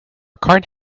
card